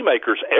makers